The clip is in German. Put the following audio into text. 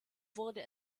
wurde